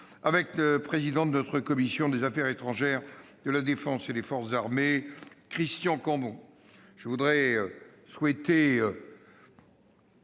avec le président de la commission des affaires étrangères, de la défense et des forces armées, Christian Cambon. Mes chers